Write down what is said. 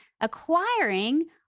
acquiring